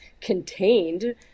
contained